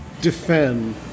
defend